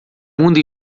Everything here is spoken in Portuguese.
mundo